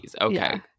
Okay